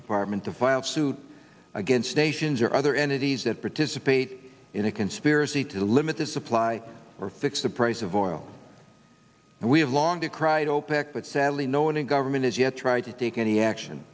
department to file suit against nations or other entities that participate in a conspiracy to limit the supply or fix the price of oil we have long decried opec but sadly no one in government has yet tried to take any action